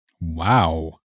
Wow